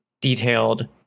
detailed